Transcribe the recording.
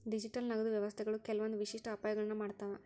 digital ನಗದು ವ್ಯವಸ್ಥೆಗಳು ಕೆಲ್ವಂದ್ ವಿಶಿಷ್ಟ ಅಪಾಯಗಳನ್ನ ಮಾಡ್ತಾವ